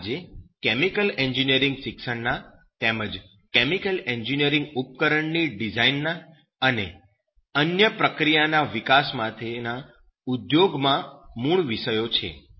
જે આજે chemical engineering શિક્ષણના તેમજ કેમિકલ એન્જિનિયરિંગ ઉપકરણોની ડિઝાઈન અને અન્ય પ્રક્રિયાના વિકાસ માટેના ઉદ્યોગમાં મૂળ વિષયો છે